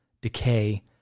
decay